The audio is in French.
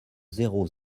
zéro